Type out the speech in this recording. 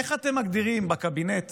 איך אתם מגדירים בקבינט